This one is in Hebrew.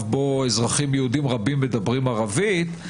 בו אזרחים יהודיים רבים מדברים ערבית,